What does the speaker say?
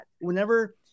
whenever